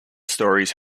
storeys